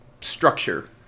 structure